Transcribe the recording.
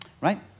right